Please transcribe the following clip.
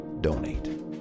donate